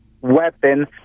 weapon